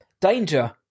danger